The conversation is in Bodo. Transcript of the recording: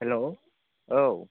हेल' औ